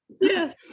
Yes